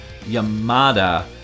Yamada